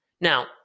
Now